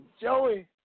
Joey